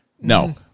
No